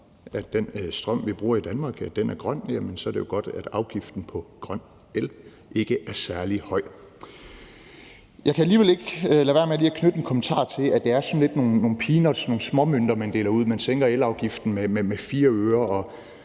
at den strøm, vi bruger i Danmark, er grøn, er det jo godt, at afgiften på grøn el ikke er særlig høj. Jeg kan alligevel ikke lade være med lige at knytte en kommentar til, at det sådan lidt er nogle peanuts, nogle småmønter, man deler ud. Man sænker elafgiften med 4 øre